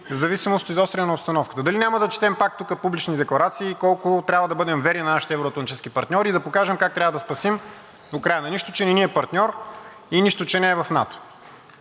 в зависимост от изостряне на обстановката. Дали няма да четем пак тук публични декларации колко трябва да бъдем верни на нашите евро-атлантически партньори и да покажем как трябва да спасим Украйна, нищо, че не ни е партньор и нищо, че не е в НАТО.